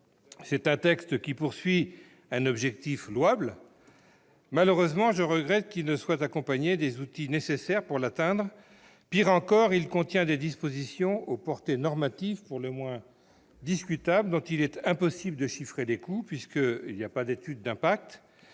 Ce texte a un objectif louable. Malheureusement, je regrette qu'il ne soit pas accompagné des outils nécessaires pour l'atteindre. Pis encore, il contient des dispositions aux portées normatives pour le moins discutables, dont il est impossible de chiffrer les coûts en l'absence d'étude d'impact.